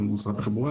כמו משרד התחבורה,